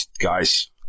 guys